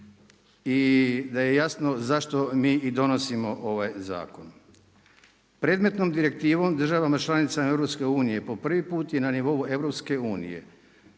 i da je jasno zašto mi i donosimo ovaj zakon. Predmetnom direktivom, državama članicama EU po prvi put je na nivou EU